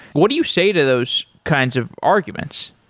what do you say to those kinds of arguments?